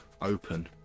open